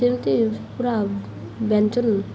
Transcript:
ଯେମିତି ପୁରା ବ୍ୟଞ୍ଜନ